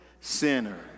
Sinner